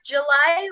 July